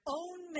own